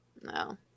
No